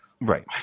right